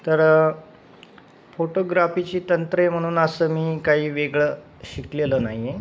तर फोटोग्राफीची तंत्रे म्हणून असं मी काही वेगळं शिकलेलं नाही आहे